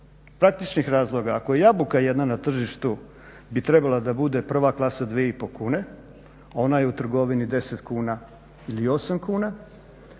praktičnih razloga. Ako je jabuka jedna na tržištu bi trebala da bude prva klasa dvije i pol kune, a ona je u trgovini 10 kuna ili 8 kuna